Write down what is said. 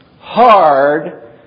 hard